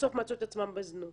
שבסוף מצאו את עצמן בזנות.